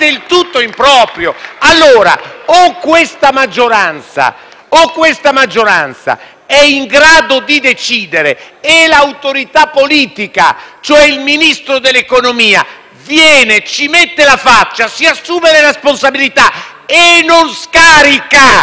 il Ministro dell'economia - viene, ci mette la faccia, si assume la responsabilità e non scarica